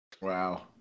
Wow